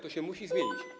To się musi zmienić.